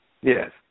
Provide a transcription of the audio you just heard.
Yes